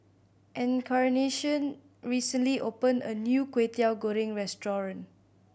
Encarnacion recently opened a new Kwetiau Goreng restaurant